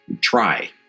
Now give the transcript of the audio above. try